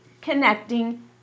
connecting